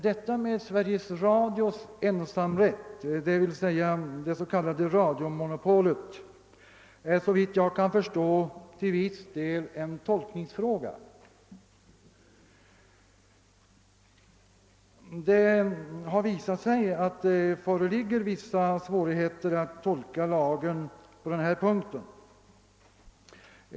Detta med Sveriges Radios ensamrätt, det s.k. radiomonopolet, är såvitt jag kan förstå till viss del en tolkningsfråga. Det har visat sig, att det föreligger vissa svårigheter att tolka lagen på denna punkt.